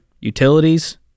utilities